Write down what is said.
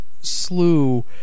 slew